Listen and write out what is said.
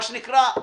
מה שנקרא,